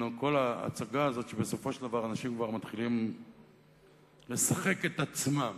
וכל ההצגה הזאת שבסופו של דבר אנשים כבר מתחילים לשחק את עצמם,